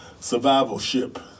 survivalship